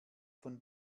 von